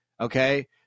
okay